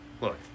Look